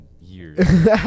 years